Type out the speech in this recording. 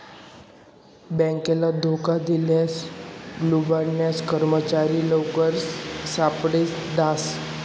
बॅकले धोका दिसन लुबाडनारा कर्मचारी लवकरच सापडी जास